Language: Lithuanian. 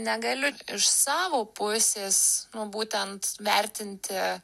negaliu iš savo pusės nu būtent vertinti